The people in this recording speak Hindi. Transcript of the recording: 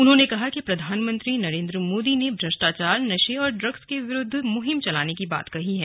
उन्होंने कहा कि प्रधानमंत्री नरेन्द्र मोदी ने भ्रष्टाचार नशे और ड्रग्स के विरूद्व मुहिम चलाने की बात कही है